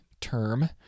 term